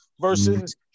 versus